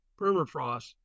permafrost